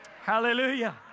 Hallelujah